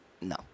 No